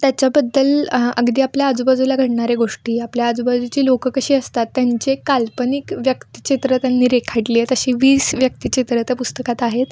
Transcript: त्याच्याबद्दल अगदी आपल्या आजूबाजूला घडणाऱ्या गोष्टी आपल्या आजूबाजूची लोकं कशी असतात त्यांचे काल्पनिक व्यक्तिचित्रं त्यांनी रेखाटली आहेत अशी वीस व्यक्तिचित्रं त्या पुस्तकात आहेत